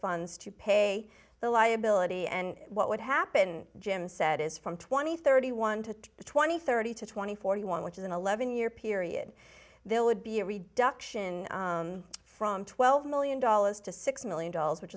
funds to pay the liability and what would happen jim said is from twenty thirty one to twenty thirty to twenty forty one which is an eleven year period there would be a reduction from twelve million dollars to six million dollars which